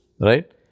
Right